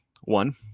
One